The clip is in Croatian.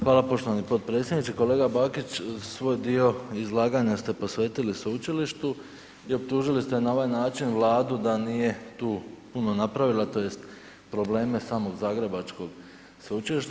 Hvala poštovani potpredsjedniče, kolega Bakić svoj dio izlaganja posvetili sveučilištu i optužili ste na ovaj način Vladu da nije tu puno napravila tj. probleme samog zagrebačkog sveučilišta.